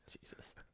Jesus